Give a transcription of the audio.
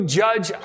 judge